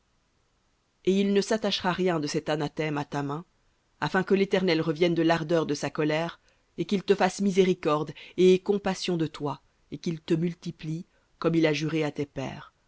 et il ne s'attachera rien de cet anathème à ta main afin que l'éternel revienne de l'ardeur de sa colère et qu'il te fasse miséricorde et ait compassion de toi et qu'il te multiplie comme il a juré à tes pères